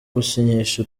gusinyisha